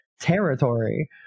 territory